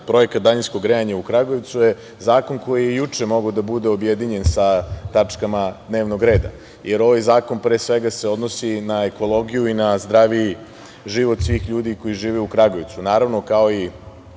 projekat daljinskog grejanja u Kragujevcu je zakon koji je juče mogao da bude objedinjen sa tačkama dnevnog reda, jer ovaj zakon pre svega se odnosi na ekologiju i na zdraviji život svih ljudi koji žive u